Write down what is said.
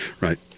right